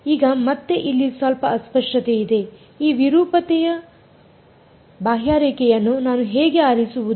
ಈಗ ಮತ್ತೆ ಇಲ್ಲಿ ಸ್ವಲ್ಪ ಅಸ್ಪಷ್ಟತೆಯಿದೆ ಈ ವಿರೂಪತೆಯ ಬಾಹ್ಯರೇಖೆಯನ್ನು ನಾನು ಹೇಗೆ ಆರಿಸುವುದು